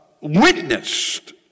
witnessed